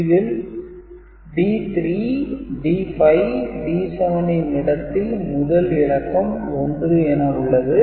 இதில் D3 D5 D7 ன் இடத்தில் முதல் இலக்கம் 1 என உள்ளது